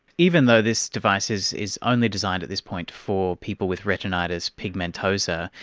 even though this device is is only designed at this point for people with retinitis pigmentosa,